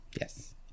Yes